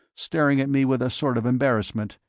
staring at me with a sort of embarrassment,